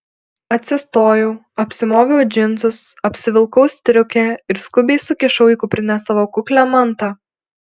atsistojau apsimoviau džinsus apsivilkau striukę ir skubiai sukišau į kuprinę savo kuklią mantą